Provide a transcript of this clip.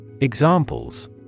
Examples